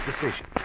decision